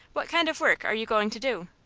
what kind of work are you going to do?